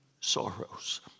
sorrows